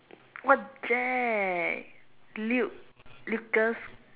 not Jack Luke Lucas